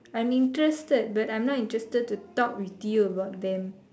I'm interested but I'm not interested to talk with you about them